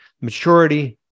maturity